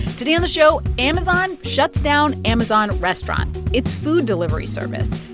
today on the show, amazon shuts down amazon restaurants, its food delivery service.